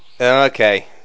Okay